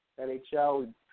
NHL